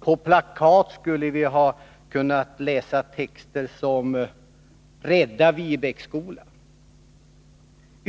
På plakat skulle vi ha kunnat läsa texter som: Rädda Viebäcksskolan!